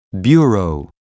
bureau